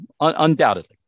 undoubtedly